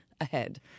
ahead